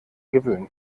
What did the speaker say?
gewöhnen